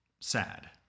Sad